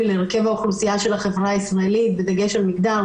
להרכב האוכלוסייה של החברה הישראלית בדגש על מגדר,